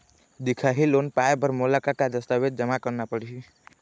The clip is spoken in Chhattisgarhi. दिखाही लोन पाए बर मोला का का दस्तावेज जमा करना पड़ही?